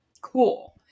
Cool